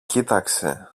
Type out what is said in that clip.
κοίταξε